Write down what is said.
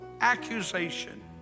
accusation